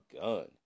gun